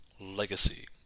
legacy